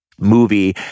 movie